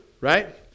right